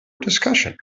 discussion